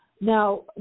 Now